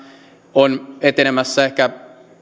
on etenemässä ehkä